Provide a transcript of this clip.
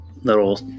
little